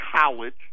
college